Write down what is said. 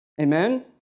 Amen